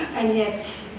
and yet,